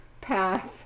path